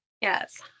Yes